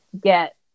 get